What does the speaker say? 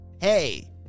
Hey